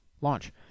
Launch